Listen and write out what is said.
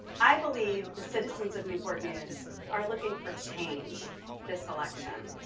i believe the citizens of newport news are looking for change this election.